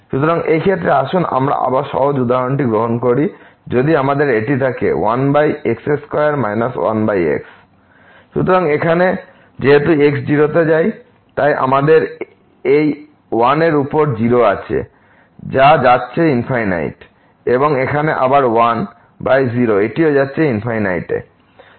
সুতরাং এই ক্ষেত্রে আসুন আমরা আবার সহজ উদাহরণটি গ্রহণ করি যদি আমাদের এটি থাকে 1x2 1x সুতরাং এখানে যেহেতু x 0 তে যায় তাই আমাদের এই 1 এর উপর 0 আছে যা যাচ্ছে এবং এখানে আবার 1 বাই 0 এটিও যাচ্ছে তে